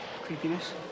Creepiness